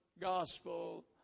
gospel